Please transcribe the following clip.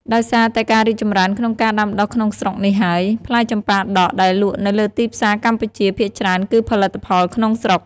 ដោយសារតែការរីកចម្រើនក្នុងការដាំដុះក្នុងស្រុកនេះហើយ ផ្លែចម្ប៉ាដាក់ដែលលក់នៅលើទីផ្សារកម្ពុជា ភាគច្រើនគឺផលិតផលក្នុងស្រុក។